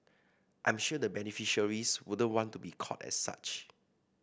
I'm sure the beneficiaries wouldn't want to be called as such